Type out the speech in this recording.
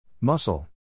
Muscle